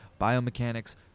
biomechanics